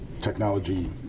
technology